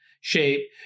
shape